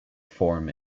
form